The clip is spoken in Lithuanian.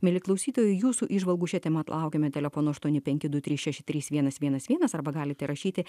mieli klausytojai jūsų įžvalgų šia tema laukiame telefonu aštuoni penki du trys šeši trys vienas vienas vienas arba galite rašyti